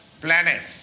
planets